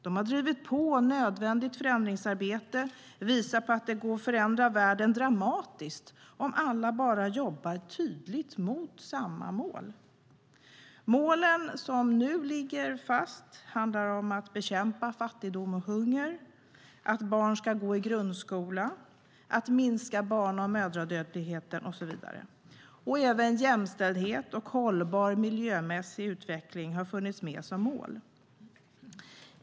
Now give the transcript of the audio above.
De har drivit på nödvändigt förändringsarbete och visat på att det går att förändra världen dramatiskt om alla bara jobbar tydligt mot samma mål. Målen som nu ligger fast handlar om att bekämpa fattigdom och hunger, att barn ska gå i grundskola, att minska barna och mödradödligheten och så vidare. Även jämställdhet och hållbar miljömässig utveckling har funnits med som mål.